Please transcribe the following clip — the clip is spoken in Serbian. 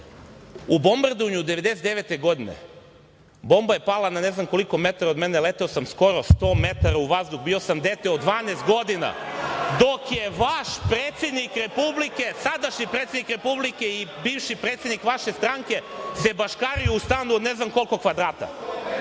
u bombardovanju 1999. godine, bomba je pala na ne znam koliko metara od mene, leteo sam skoro 100 metara u vazduh, bio sam dete od 12 godina, dok je vaš predsednik Republike, sadašnji predsednik Republike i bivši predsednik vaše stranke se baškario u stanu od ne znam koliko kvadrata.I